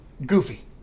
Goofy